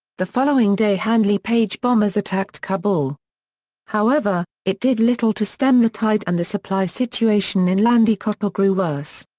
the following day handley page bombers attacked kabul however, it did little to stem the tide and the supply situation in landi kotal grew worse.